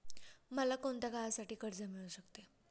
मला कोणत्या काळासाठी कर्ज मिळू शकते?